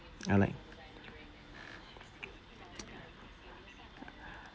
ah right